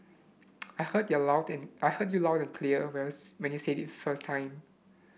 I heard you are loud in I heard you are loud and clear when you when you said it first time